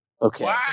Okay